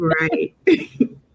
Right